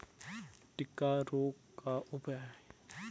टिक्का रोग का उपाय?